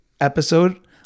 episode